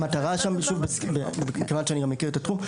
אני מכיר את התחום.